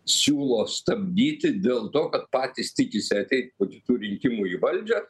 siūlo stabdyti dėl to kad patys tikisi ateit po kitų rinkimų į valdžią